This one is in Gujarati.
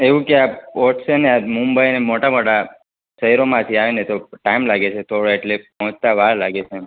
એવું ક્યાંક પહોંચશે ને આજ મુંબઈને મોટા મોટા શહેરોમાંથી આવી ને તો ટાઈમ લાગે છે થોડો એટલે પહોંચતા વાર લાગે છે એમ